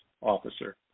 officer